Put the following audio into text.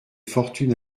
fortune